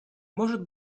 может